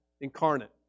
incarnate